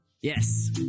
Yes